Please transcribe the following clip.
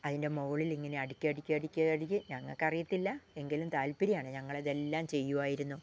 അതിൻ്റെ മുകളിൽ ഇങ്ങനെ അടിക്കി അടിക്കി അടിക്ക അടിക്കി ഞങ്ങൾക്ക് അറിയത്തില്ല എങ്കിലും താൽപര്യമാണ് ഞങ്ങളതെല്ലാം ചെയ്യുവായിരുന്നു